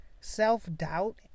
Self-doubt